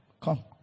Come